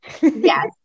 Yes